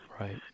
right